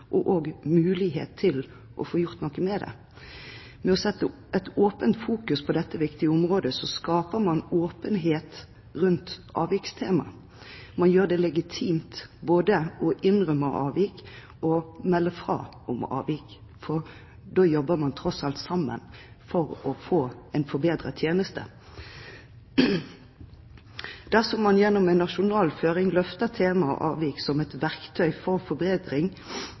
og om muligheten til å få gjort noe med det. Ved å være åpen for å fokusere på dette viktige området skaper man åpenhet rundt avvikstemaet. Man gjør det legitimt både å innrømme avvik og å melde fra om avvik – for da jobber man jo tross alt sammen for å få en forbedret tjeneste. Dersom man gjennom en nasjonal føring løfter temaet avvik som et verktøy for forbedring,